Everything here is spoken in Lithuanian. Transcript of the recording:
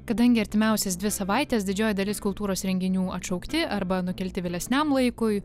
kadangi artimiausias dvi savaites didžioji dalis kultūros renginių atšaukti arba nukelti vėlesniam laikui